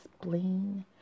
spleen